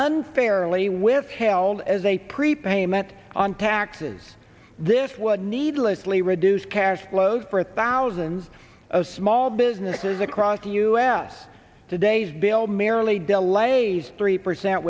unfairly withheld as a prepayment on taxes this would needlessly reduce cash flow for thousands of small businesses across the u s today's bill merely delays three percent